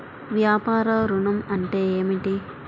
వ్యాపార ఋణం అంటే ఏమిటి?